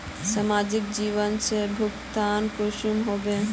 समाजिक योजना से भुगतान कुंसम होबे?